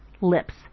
Lips